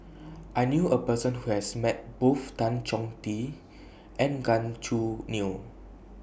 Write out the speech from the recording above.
I knew A Person Who has Met Both Tan Chong Tee and Gan Choo Neo